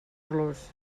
los